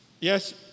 Yes